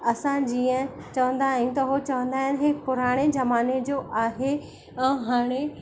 असां जीअं चवंदा आहियूं त उहे चवंदा आहिनि इहे पुराणे ज़माने जो आहे हाणे